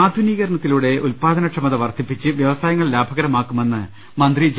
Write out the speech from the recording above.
ആധുനീകരണത്തിലൂടെ ഉല്പാദനക്ഷമൃത വർധിപ്പിച്ച് വ്യവസായങ്ങൾ ലാഭകരമാക്കുമെന്ന് മന്ത്രി ജെ